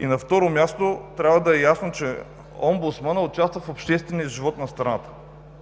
И на второ място, трябва да е ясно, че омбудсманът участва в обществения живот на страната,